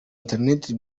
interineti